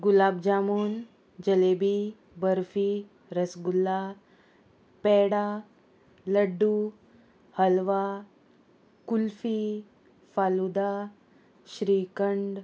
गुलाब jamun jalebi barfi rasgulla peda laddu halwa kulfi falooda shrikhand